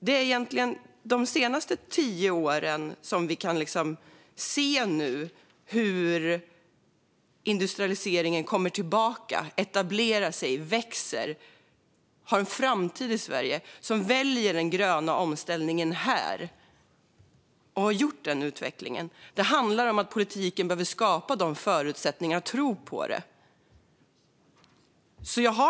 Det är egentligen de senaste tio åren som vi har kunnat se hur industrialiseringen kommer tillbaka, etablerar sig, växer och har en framtid i Sverige och att man väljer den gröna omställningen här. Denna utveckling har skett. Det handlar om att politiken behöver skapa förutsättningar och tro på det.